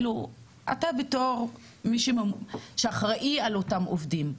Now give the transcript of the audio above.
בתור מי שאחראי על אותם עובדים,